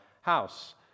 house